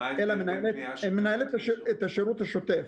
אלא מנהלת את השירות השוטף.